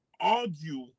argue